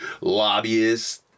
lobbyists